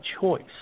choice